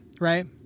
right